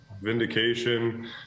vindication